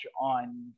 on